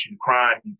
crime